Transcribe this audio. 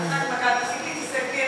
חבר הכנסת מגל, תפסיק להתעסק בי.